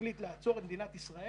החליט לעצור את מדינת ישראל,